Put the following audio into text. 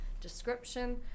description